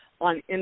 On